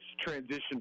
transition